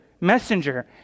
messenger